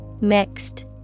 Mixed